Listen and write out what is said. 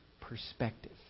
perspective